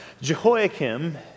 Jehoiakim